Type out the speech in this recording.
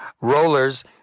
rollers